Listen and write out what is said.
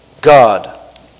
God